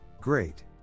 great